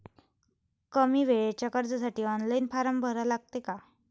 कमी वेळेच्या कर्जासाठी ऑनलाईन फारम भरा लागते का?